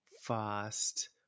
fast